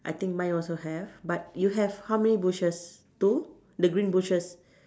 I think mine also have but you have how many bushes two the green bushes